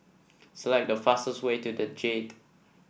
select the fastest way to the Jade